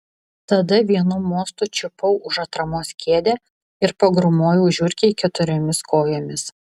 tada vienu mostu čiupau už atramos kėdę ir pagrūmojau žiurkei keturiomis kojomis